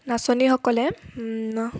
নাচনীসকলে